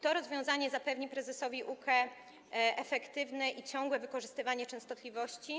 To rozwiązanie zapewni prezesowi UKE efektywne i ciągłe wykorzystywanie częstotliwości.